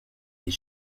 les